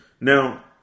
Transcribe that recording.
Now